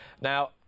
Now